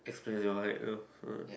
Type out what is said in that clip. explains your height you know !huh!